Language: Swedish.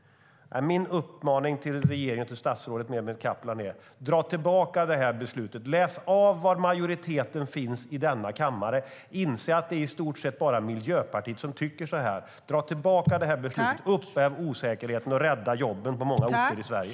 Min uppmaning till regeringen och till statsrådet Mehmet Kaplan är att dra tillbaka det här beslutet. Läs av var majoriteten finns i denna kammare! Inse att det i stort sett bara är Miljöpartiet som tycker så här och dra tillbaka beslutet, upphäv osäkerheten och rädda jobben på många orter i Sverige!